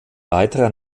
weiterer